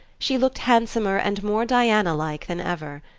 she looked handsomer and more diana-like than ever.